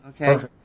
Okay